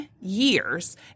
years